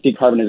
decarbonization